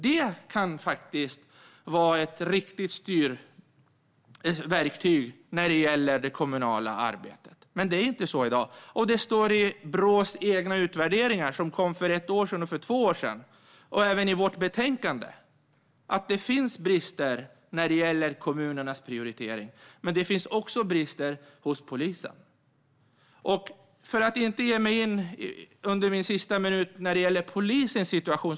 Jag tror dock att ni har yrkat avslag på vår motion. Detta skulle faktiskt ha kunnat vara ett riktigt verktyg i det kommunala arbetet. I Brås egna utvärderingar, som kom för ett och två år sedan, och i vårt betänkande står det att det finns brister i kommunernas prioritering. Men det finns också brister hos polisen. Jag ska inte gå in på polisens situation under den sista minuten av min talartid.